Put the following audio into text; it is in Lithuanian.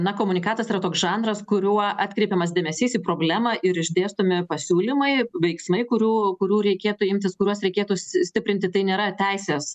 na komunikatas yra toks žanras kuriuo atkreipiamas dėmesys į problemą ir išdėstomi pasiūlymai veiksmai kurių kurių reikėtų imtis kuriuos reikėtų si stiprinti tai nėra teisės